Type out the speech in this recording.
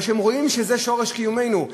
כי הם רואים שזה שורש קיומנו.